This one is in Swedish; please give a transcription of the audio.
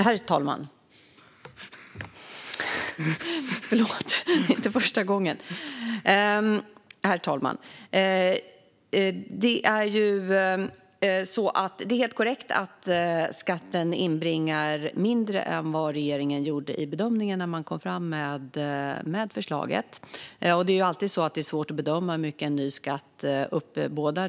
Herr talman! Det är helt korrekt att skatten inbringar mindre än regeringen bedömde när man lade fram förslaget. Det är ju alltid svårt att bedöma hur mycket en ny skatt kommer att uppbåda.